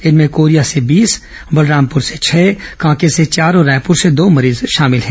इनमें कोरिया से बीस बलरामपुर से छह कांकेर से चार और रायपुर से दो मरीज शामिल हैं